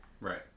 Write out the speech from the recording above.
right